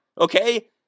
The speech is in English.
okay